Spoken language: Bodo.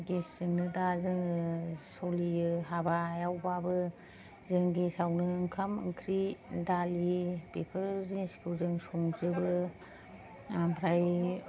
गेसजोंनो दा जोङो सलियो हाबायावबाबो जों गेसावनो ओंखाम ओंख्रि दालि बेफोर जिनिसखौ जों संजोबो आमफ्राय